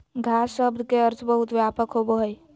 घास शब्द के अर्थ बहुत व्यापक होबो हइ